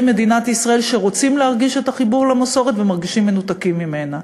מדינת ישראל שרוצים להרגיש את החיבור למסורת ומרגישים מנותקים ממנה.